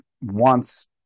wants